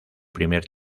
primer